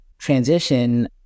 transition